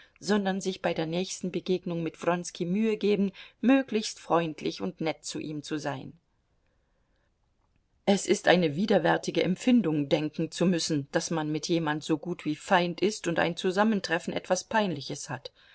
sondern sich bei der nächsten begegnung mit wronski mühe geben möglichst freundlich und nett zu ihm zu sein es ist eine widerwärtige empfindung denken zu müssen daß man mit jemand so gut wie feind ist und ein zusammentreffen etwas peinliches hat